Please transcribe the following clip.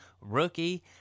Rookie